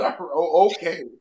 okay